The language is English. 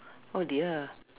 oh dear